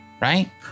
Right